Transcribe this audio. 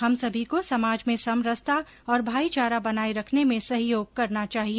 हम सभी को समाज में समरसता और भाईचारा बनाए रखने में सहयोग करना चाहिए